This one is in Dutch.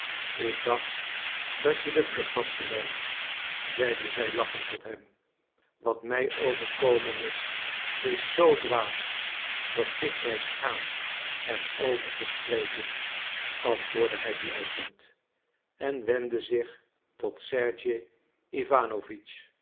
ik dacht dat je de vlucht hadt genomen zeide zij lachend tot hem wat mij overkomen is is zoo dwaas dat ik mij schaam er over te spreken antwoordde hij blozend en wendde zich tot sergej